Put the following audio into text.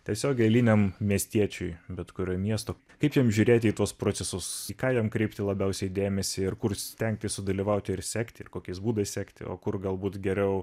tiesiog eiliniam miestiečiui bet kurio miesto kaip jam žiūrėti į tuos procesus į ką jam kreipti labiausiai dėmesį ir kur stengtis sudalyvauti ir sekti ir kokiais būdais sekti o kur galbūt geriau